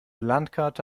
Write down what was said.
landkarte